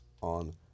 on